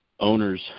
owners